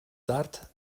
tard